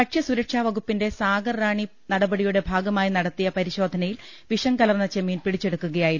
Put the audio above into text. ഭക്ഷ്യസുരക്ഷാവകുപ്പിന്റെ സാഗർ റാണി നടപടിയുടെ ഭാഗമായി നടത്തിയി പരിശോധനയിലാണ് വിഷം കലർന്ന ചെമ്മീൻ പിടിച്ചെടുക്കുകയായിരുന്നു